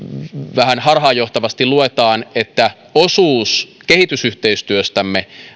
vähän harhaanjohtavasti luetaan että osuudessa kehitysyhteistyöstämme